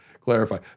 clarify